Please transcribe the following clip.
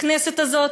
הכנסת הזאת,